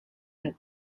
and